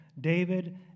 David